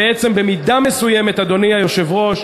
בעצם, במידה מסוימת, אדוני היושב-ראש,